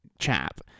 chap